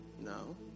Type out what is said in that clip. No